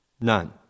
None